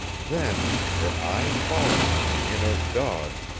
then, her eye falling on the inert dog,